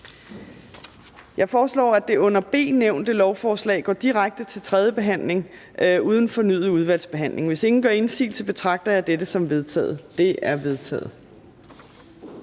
Jeg foreslår, at lovforslaget går direkte til tredje behandling uden fornyet udvalgsbehandling. Hvis ingen gør indsigelse, betragter jeg dette som vedtaget. Det er vedtaget.